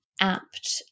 apt